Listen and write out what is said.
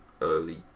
early